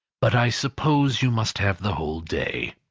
but i suppose you must have the whole day.